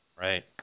Right